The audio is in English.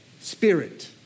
spirit